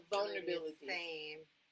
Vulnerability